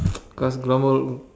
cause global